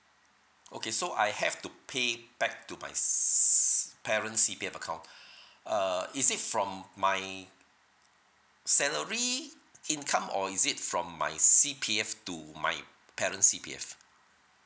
okay so I have to pay back to my s~ parent C_P_F account uh is it from my salary income or is it from my C_P_F to my parent's C_P_F